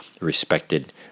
respected